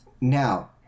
Now